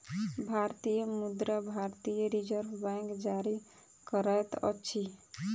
भारतीय मुद्रा भारतीय रिज़र्व बैंक जारी करैत अछि